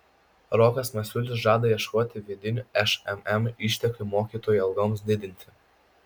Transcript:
rokas masiulis žada ieškoti vidinių šmm išteklių mokytojų algoms didinti